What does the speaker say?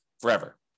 forever